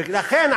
ולכן,